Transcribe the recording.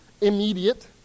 immediate